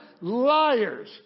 liars